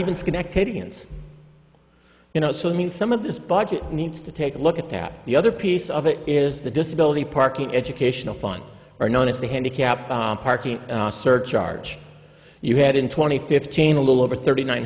and you know so i mean some of this budget needs to take a look at that the other piece of it is the disability parking educational fund are known as the handicapped parking surcharge you had in twenty fifteen a little over thirty nine